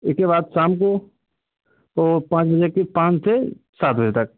एके बाद शाम को तो पाँच बजे के पाँच से सात बजे तक